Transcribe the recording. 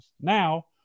Now